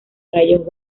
rayos